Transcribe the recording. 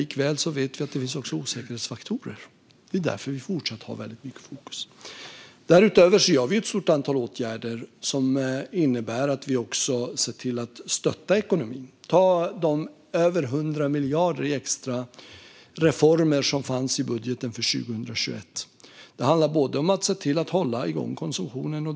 Likväl vet vi att det finns osäkerhetsfaktorer. Det är därför vi fortsatt har väldigt mycket fokus på företag. Därutöver genomför vi ett stort antal åtgärder. Det innebär att vi ser till att stötta ekonomin. Ta de över 100 miljarder till extra reformer som fanns i budgeten för 2021! Det handlar om att se till att hålla igång konsumtionen.